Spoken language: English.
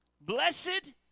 blessed